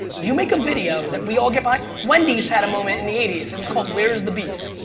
you make a video that we all get by it, wendy's had a moment in the eighty s, it was called where's the beef?